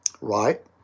right